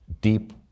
deep